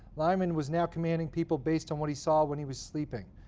lyman was now commanding people based on what he saw when he was sleeping.